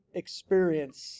experience